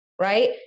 Right